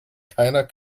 keiner